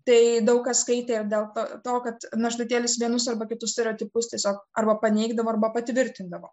tai daug ką skaitė dėl to kad našlaitėlis vienus arba kitus stereotipus tiesiog arba paneigdavo arba patvirtindavo